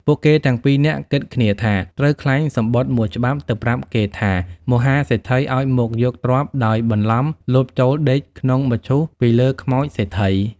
ពួកគេទាំងពីរនាក់គិតគ្នាថា ត្រូវក្លែងសំបុត្រ១ច្បាប់ទៅប្រាប់គេថាមហាសេដ្ឋីឱ្យមកយកទ្រព្យដោយបន្លំលបចូលដេកក្នុងមឈូសពីលើខ្មោចសេដ្ឋី។